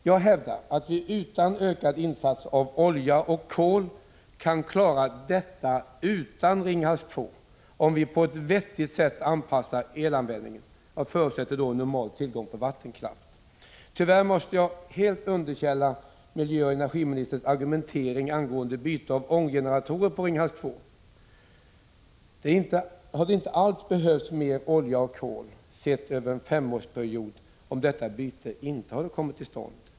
Jag hävdar att vi utan ökad insats av olja och kol kan klara det hela utan Ringhals 2, om vi på ett vettigt sätt anpassar elanvändningen. Jag förutsätter då normal tillgång på vattenkraft. Tyvärr måste jag helt underkänna miljöoch energiministerns argumentering när det gäller byte av ånggeneratorerna på Ringhals 2. Det hade inte alls behövts mer olja och kol sett över en femårsperiod om detta byte inte hade kommit till stånd.